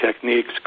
techniques